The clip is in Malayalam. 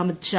അമിത്ഷാ